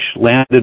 landed